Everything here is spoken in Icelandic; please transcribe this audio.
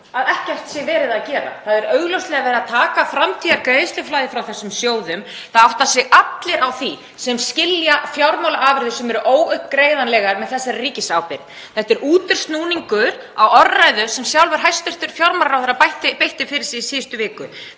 að ekkert sé verið að gera. Það er augljóslega verið að taka framtíðargreiðsluflæðið frá þessum sjóðum, það átta sig allir á því sem skilja fjármálaafurðir sem eru óuppgreiðanlegar með þessari ríkisábyrgð. Þetta er útúrsnúningur á orðræðu sem sjálfur hæstv. fjármálaráðherra beitti fyrir sig í síðustu viku